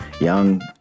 Young